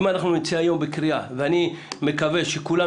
אנחנו נצא היום בקריאה ואני מקווה שכולם